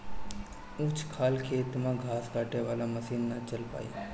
ऊंच खाल खेत में घास काटे वाला मशीन ना चल पाई